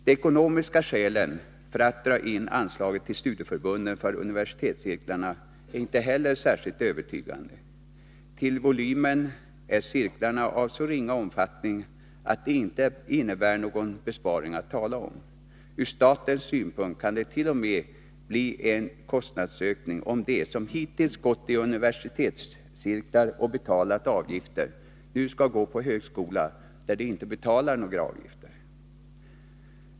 De ekonomiska skälen för att dra in anslaget till studieförbunden för universitetscirklarna är inte heller särskilt övertygande. Till volymen är cirklarna av så ringa omfattning att det inte innebär någon besparing att tala om. Ur statens synpunkt kan det t.o.m. bli en kostnadsökning, om de som hittills gått i universitetscirklar och betalt avgifter nu skall studera på högskola, där de inte betalar några avgifter.